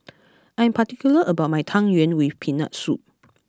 I am particular about my Tang Yuen with peanut soup